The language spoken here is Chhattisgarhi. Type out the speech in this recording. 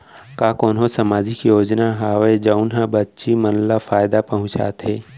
का कोनहो सामाजिक योजना हावय जऊन हा बच्ची मन ला फायेदा पहुचाथे?